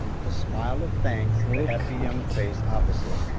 with a smile of thanks at the happy young face opposite,